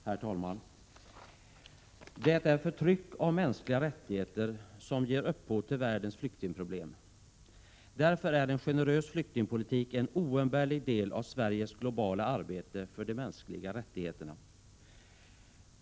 Herr talman! Det är förtryck av mänskliga rättigheter som ger upphov till världens flyktingproblem. Därför är en generös flyktingpolitik en oumbärlig del av Sveriges globala arbete för de mänskliga rättigheterna.